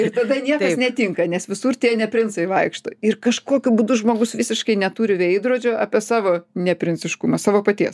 ir tada niekas netinka nes visur tie neprincai vaikšto ir kažkokiu būdu žmogus visiškai neturi veidrodžio apie savo neprinciškumą savo paties